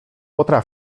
potra